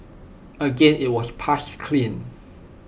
again IT was passed clean